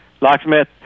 Locksmith